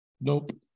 nope